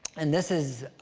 and this is